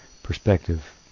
perspective